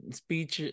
speech